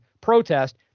protest